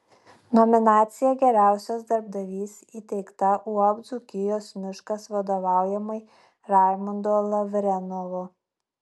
nominacija geriausias darbdavys įteikta uab dzūkijos miškas vadovaujamai raimundo lavrenovo